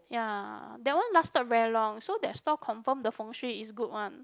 ya that one lasted very long so that stall confirm the Feng-Shui is good one